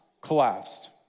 collapsed